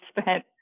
spent